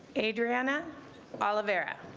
adriana talavera